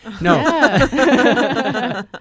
No